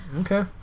Okay